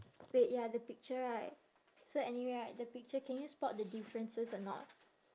wait ya the picture right so anyway right the picture can you spot the differences or not